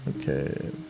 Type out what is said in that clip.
Okay